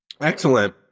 Excellent